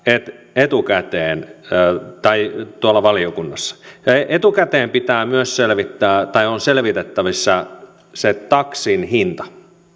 etukäteen valiokunnassa etukäteen pitää myös selvittää ja on selvitettävissä taksin hinta